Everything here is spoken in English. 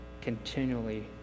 continually